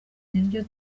niryo